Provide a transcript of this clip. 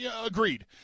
Agreed